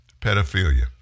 pedophilia